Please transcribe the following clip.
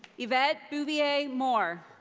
yvette bouvier moore.